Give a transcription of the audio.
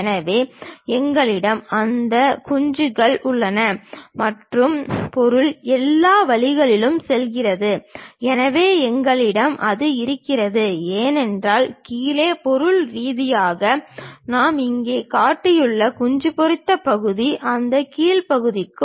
எனவே எங்களிடம் அந்த குஞ்சுகள் உள்ளன மற்றும் பொருள் எல்லா வழிகளிலும் செல்கிறது எனவே எங்களிடம் அது இருக்கிறது ஏனென்றால் கீழே பொருள் ரீதியாக நாம் இங்கே காட்டியுள்ள குஞ்சு பொரித்த பகுதி அந்த கீழ் பகுதிக்கு